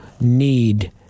need